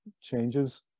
changes